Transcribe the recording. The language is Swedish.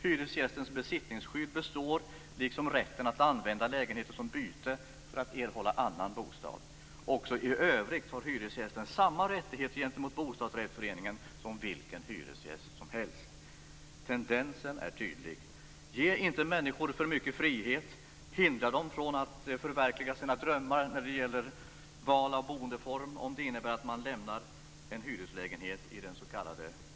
Hyresgästens besittningsskydd består, liksom rätten att använda lägenheten som byte för att erhålla annan bostad. Också i övrigt har hyresgästen samma rättighet gentemot bostadsrättsföreningen som vilken hyresgäst som helst. Tendensens är tydlig: Ge inte människor för mycket frihet. Hindra dem från att förverkliga sina drömmar när det gäller val av boendeform om det innebär att de lämnar en hyreslägenhet i den s.k.